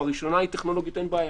הראשונה טכנולוגית; פה אין בעיה,